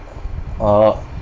orh